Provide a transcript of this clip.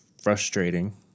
frustrating